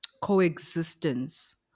coexistence